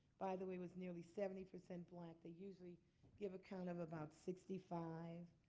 by the way, was nearly seventy percent black. they usually give a count of about sixty five,